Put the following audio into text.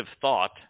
thought